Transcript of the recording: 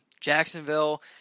Jacksonville